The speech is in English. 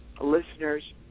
Listeners